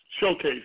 showcase